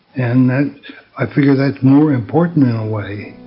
and i figure that is more important in a way.